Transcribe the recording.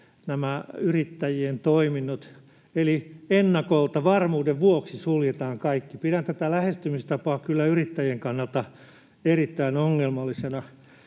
nämä yrittäjien toiminnot, eli ennakolta, varmuuden vuoksi suljetaan kaikki. Pidän tätä lähestymistapaa kyllä yrittäjien kannalta erittäin ongelmallisena.